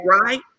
right